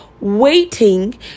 waiting